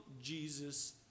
Jesus